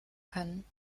können